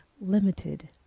limited